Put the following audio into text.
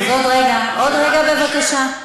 אז עוד רגע, בבקשה.